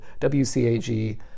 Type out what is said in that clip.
WCAG